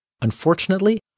Unfortunately